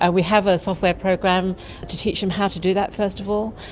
ah we have a software program to teach them how to do that first of all,